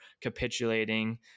capitulating